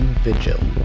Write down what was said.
Vigil